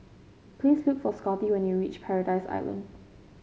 please look for Scotty when you reach Paradise Island